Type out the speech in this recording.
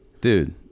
Dude